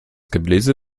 gebläse